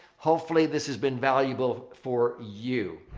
hopefully, this has been valuable for you.